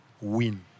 win